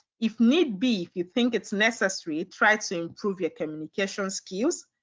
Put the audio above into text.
if need be, if you think it's necessary, try to improve your communication skills.